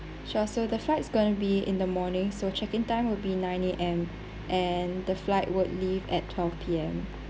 sure so the flight's going to be in the morning so check in time will be nine A_M and the flight will leave at twelve P_M